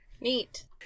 Neat